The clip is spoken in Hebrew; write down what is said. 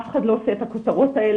אף אחד לא עושה את הכותרות האלה,